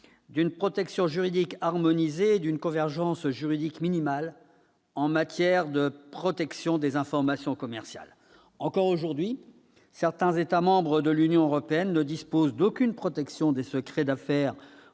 d'une protection juridique harmonisée et d'une convergence juridique minimale en matière de protection des informations commerciales. Encore aujourd'hui, certains États membres de l'Union européenne ne disposent d'aucune protection des secrets d'affaires